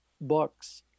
books